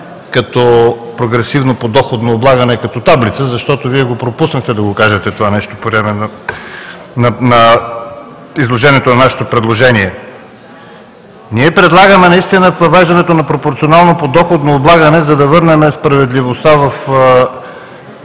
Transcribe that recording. като прогресивно подоходно облагане, като таблица, защото Вие пропуснахте да кажете това нещо по време на изложението на нашето предложение. Ние предлагаме въвеждането на пропорционално подоходно облагане, за да върнем справедливостта в